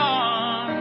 on